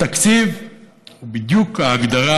התקציב הוא בדיוק ההגדרה